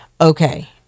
okay